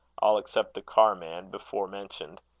all except the carman before mentioned.